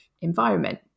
environment